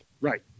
right